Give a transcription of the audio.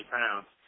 pounds